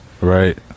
Right